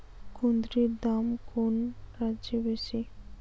কুঁদরীর দাম কোন রাজ্যে বেশি?